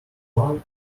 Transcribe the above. plan